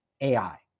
AI